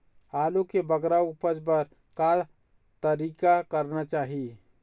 आलू के बगरा उपज बर का तरीका करना चाही?